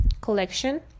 collection